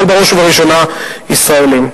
אבל בראש ובראשונה ישראלים.